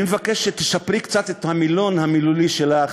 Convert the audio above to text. אני מבקש שתשפרי קצת את המילון שלך,